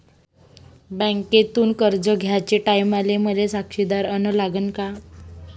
बँकेतून कर्ज घ्याचे टायमाले मले साक्षीदार अन लागन का?